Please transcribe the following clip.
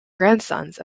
grandsons